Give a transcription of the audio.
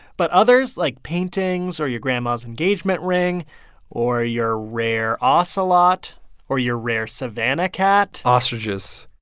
but others, like paintings or your grandma's engagement ring or your rare ocelot or your rare savannah cat. ostriches.